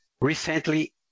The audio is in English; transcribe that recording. recently